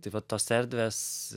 tai va tos erdvės